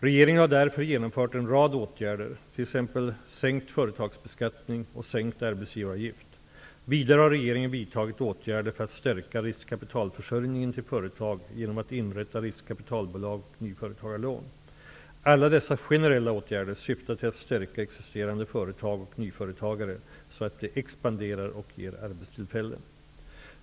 Regeringen har därför vidtagit en rad åtgärder, t.ex. sänkt företagsbeskattning och sänkt arbetsgivaravgift. Vidare har regeringen vidtagit åtgärder för att stärka riskkapitalförsörjningen till företag genom att inrätta riskkapitalbolag och nyföretagarlån. Alla dessa generella åtgärder syftar till att stärka existerande företag och nyföretagare, så att de expanderar och ger arbetstillfällen.